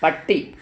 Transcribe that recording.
പട്ടി